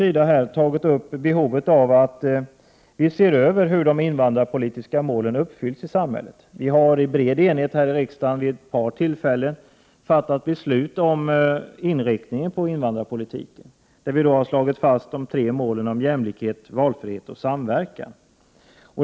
Vi har i en motion tagit upp behovet av en översyn av hur de invandrarpolitiska målen i samhället uppfylls. Vi har i bred enighet här i riksdagen vid ett par tillfällen fattat beslut om inriktningen av invandrarpolitiken. Vi har slagit fast de tre målen jämlikhet, valfrihet och samverkan.